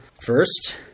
first